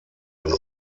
ein